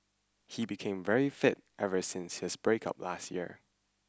he became very fit ever since his breakup last year